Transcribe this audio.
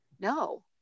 No